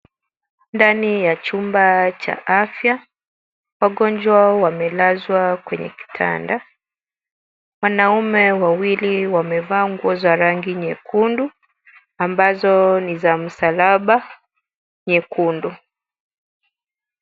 Ndani ya chumba cha afya, wagonjwa wamelazwa kwenye kitanda, wanaume wawili wamevaa nguo za rangi nyekundu ambazo ni za msalaba nyekundu.